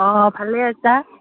অঁ ভালেই আছা